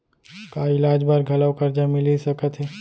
का इलाज बर घलव करजा मिलिस सकत हे?